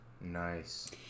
Nice